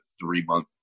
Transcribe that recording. three-month